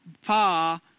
far